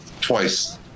twice